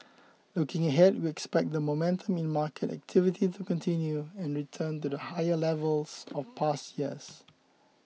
looking ahead we expect the momentum in market activity to continue and return to higher levels of past years